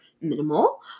minimal